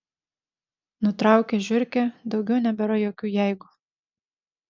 nutraukė žiurkė daugiau nebėra jokių jeigu